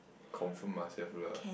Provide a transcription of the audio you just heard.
confirm must have lah